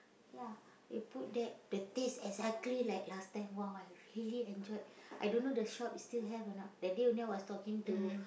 ya they put that the taste exactly like last time !wow! I really enjoyed I don't know the shop is still have or not that day only I was talking to